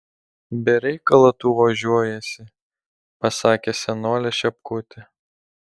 be reikalo tu ožiuojiesi pasakė senolė šepkutė